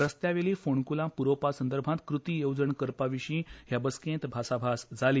रस्तावेली फोणकुलां पुरोवपा संदर्भात कृती येवजण करपा विशी हे बसकेत भासाभास जाली